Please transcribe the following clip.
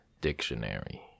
Dictionary